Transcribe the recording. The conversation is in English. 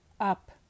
Up